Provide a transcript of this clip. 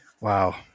Wow